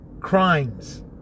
crimes